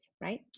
right